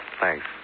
Thanks